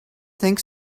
think